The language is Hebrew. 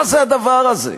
מה הדבר הזה?